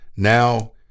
Now